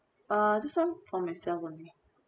uh this one for myself one